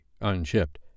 unshipped